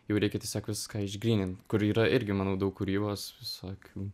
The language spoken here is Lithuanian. jau reikia tiesiog viską išgrynint kur yra irgi manau daug kūrybos visokių